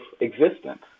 existence